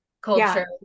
culture